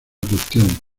cuestión